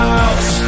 house